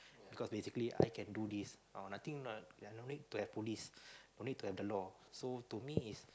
because basically I can do this oh nothing no need to have police no need to have the law so to me is